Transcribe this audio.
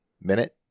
Minute